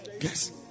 Yes